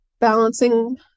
balancing